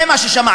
זה מה ששמעתי.